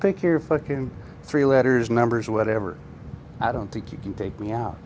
you're fucking three letters numbers or whatever i don't think you can take me out